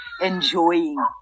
enjoying